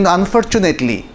Unfortunately